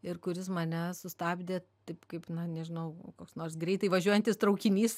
ir kuris mane sustabdė taip kaip na nežinau koks nors greitai važiuojantis traukinys